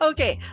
Okay